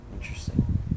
Interesting